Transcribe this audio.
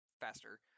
faster